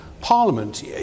Parliament